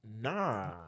Nah